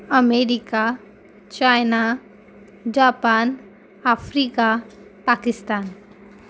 America China Japan Africa Pakistan